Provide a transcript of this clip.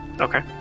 okay